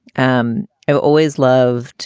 um i've always loved